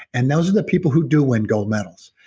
and those are the people who do win gold medals.